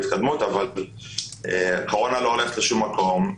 ההתקדמות אבל הקורונה לא הולכת לשום מקום,